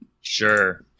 Sure